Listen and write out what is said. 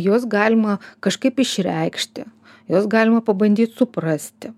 juos galima kažkaip išreikšti juos galima pabandyt suprasti